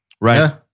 Right